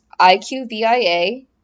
IQVIA